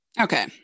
Okay